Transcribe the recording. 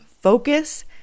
focus